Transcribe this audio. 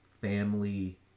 family